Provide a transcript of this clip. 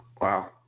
Wow